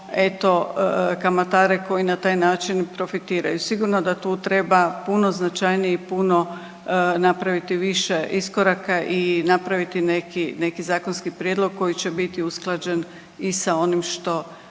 eto kamatare koji na taj način profitiraju. Sigurno da tu treba puno značajniji i puno napraviti više iskoraka i napraviti neki, neki zakonski prijedlog koji će biti usklađen i sa onim što